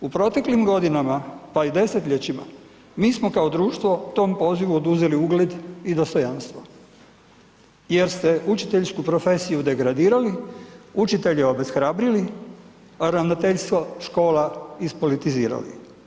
U proteklim godinama pa i desetljećima, mi smo kao društvo tom pozivu oduzeli ugled i dostojanstvo jer ste učiteljsku profesiju degradirali, učitelje obeshrabrili a ravnateljstvo škola ispolitizirali.